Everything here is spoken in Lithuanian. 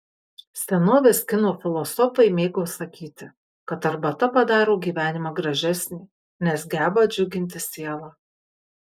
senovės kinų filosofai mėgo sakyti kad arbata padaro gyvenimą gražesnį nes geba džiuginti sielą